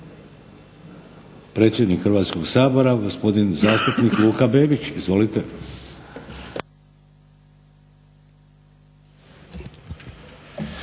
Predsjednik Hrvatskog Sabora, gospodin zastupnik Luka Bebić, izvolite.